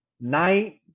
Night